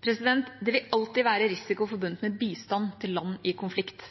Det vil alltid være risiko forbundet med bistand til land i konflikt.